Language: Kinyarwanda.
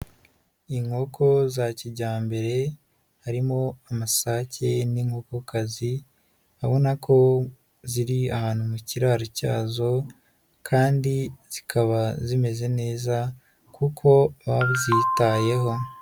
lnkoko za kijyambere harimo amasake n'inkokokazi, urabona ko ziri ahantu mu kiraro cyazo, kandi zikaba zimeze neza kuko baba bazitayeho.